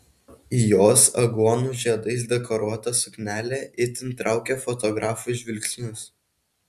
jos aguonų žiedais dekoruota suknelė itin traukė fotografų žvilgsnius